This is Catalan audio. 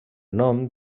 nom